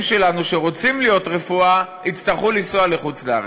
שלנו שרוצים ללמוד רפואה יצטרכו לנסוע לחוץ-לארץ?